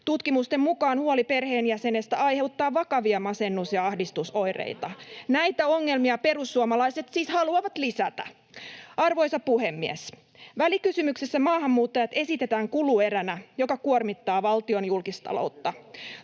Tutkimusten mukaan huoli perheenjäsenestä aiheuttaa vakavia masennus- ja ahdistusoireita. Näitä ongelmia perussuomalaiset siis haluavat lisätä. Arvoisa puhemies! Välikysymyksessä maahanmuuttajat esitetään kulueränä, joka kuormittaa valtion julkistaloutta.